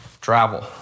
travel